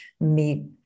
meet